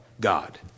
God